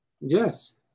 Yes